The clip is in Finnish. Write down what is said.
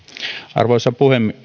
arvoisa